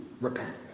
repent